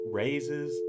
raises